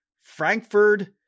Frankfurt